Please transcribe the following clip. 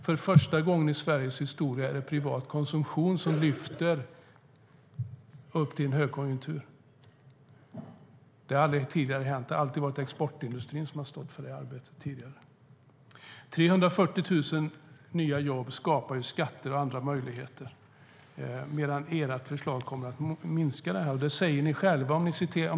För första gången i Sveriges historia är det privat konsumtion som lyfter oss till högkonjunktur. Det har aldrig tidigare hänt. Det har alltid varit exportindustrin som stått för det arbetet tidigare. 340 000 nya jobb skapar skatteintäkter och andra möjligheter, medan ert förslag kommer att minska dem. Det säger ni själva.